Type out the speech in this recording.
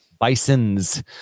Bison's